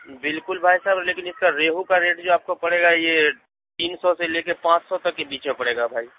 بالکل بھائی صاحب لیکن اِس کا ریہو کا ریٹ جو آپ کو پڑے گا یہ تین سو سے لے کے پانچ سو تک کے بیچ میں پڑے گا بھائی